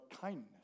kindness